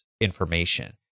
information